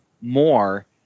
more